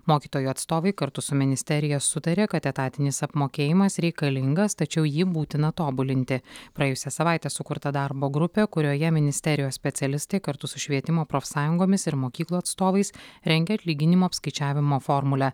mokytojų atstovai kartu su ministerija sutarė kad etatinis apmokėjimas reikalingas tačiau jį būtina tobulinti praėjusią savaitę sukurta darbo grupė kurioje ministerijos specialistai kartu su švietimo profsąjungomis ir mokyklų atstovais rengia atlyginimų apskaičiavimo formulę